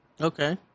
Okay